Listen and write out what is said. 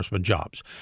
jobs